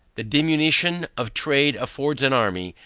the diminution of trade affords an army,